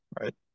right